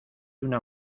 una